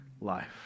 life